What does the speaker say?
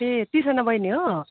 ए तिर्सना बैनी हो